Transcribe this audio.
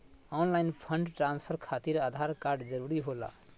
Online fund transfer खातिर Aadhaar card जरूरी होला?